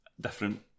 different